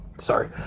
sorry